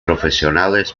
profesionales